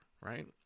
right